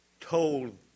told